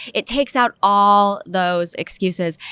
it takes out all those excuses.